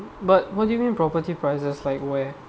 but what do you mean property prices like where